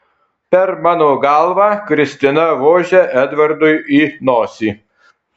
per mano galvą kristina vožia edvardui į nosį